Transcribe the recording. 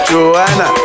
Joanna